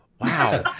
Wow